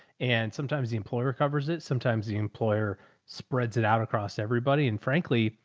and sometimes the employer covers it. sometimes the employer spreads it out across everybody. and frankly,